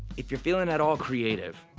if you're feeling at all creative,